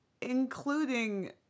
including